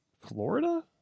Florida